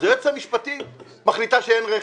אז היועצת המשפטית מחליטה שאין רכש.